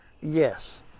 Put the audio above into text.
Yes